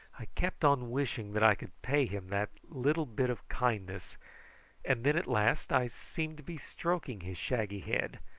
i kept on wishing that i could pay him that little bit of kindness and then at last i seemed to be stroking his shaggy head,